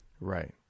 Right